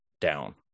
down